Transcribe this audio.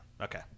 Okay